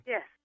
Yes